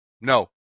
no